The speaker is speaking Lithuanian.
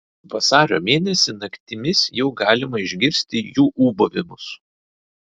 vasario mėnesį naktimis jau galima išgirsti jų ūbavimus